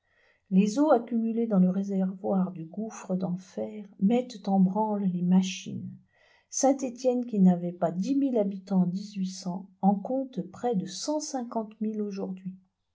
les eaux accumulées dans le réservoir du gouffre denfer mettent en branle les machines saint-etienne qui n'avait pas lo ooo habitants en en compte près de ooo aujourd'hui